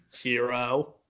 Hero